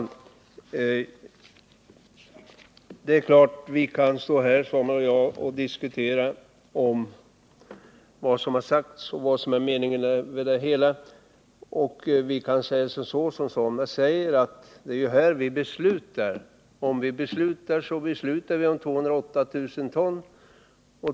Herr talman! Naturligtvis kan Ingvar Svanberg och jag föra en diskussion här om vad som har sagts och om vad som avsetts med uttalandena. Man kan också uttrycka det så som Ingvar Svanberg gör, att det är här vi beslutar. Och om vi beslutar oss för ett mediumvalsverk, så beslutar vi också att det skall projekteras för 208 000 ton.